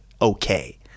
okay